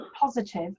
positive